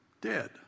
dead